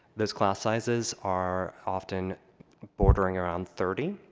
those class sizes are often bordering around thirty,